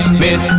miss